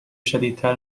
شدیدتر